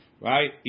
Right